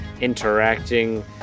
interacting